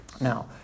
Now